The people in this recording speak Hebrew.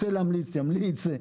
רוצה להמליץ - ימליץ.